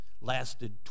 lasted